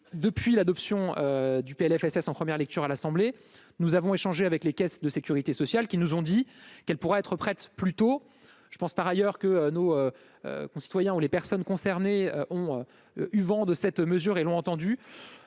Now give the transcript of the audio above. depuis l'adoption du Plfss en première lecture à l'Assemblée, nous avons échangé avec les caisses de Sécurité sociale qui nous ont dit qu'elle pourrait être prête plus tôt, je pense par ailleurs que nos concitoyens ou les personnes concernées ont eu vent de cette mesure et l'ont entendu